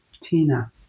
Tina